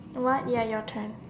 what ya your turn